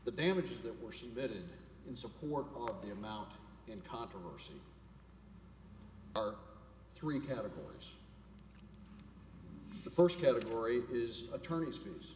the damages that were submitted in support of the amount in controversy are three categories the first category is attorneys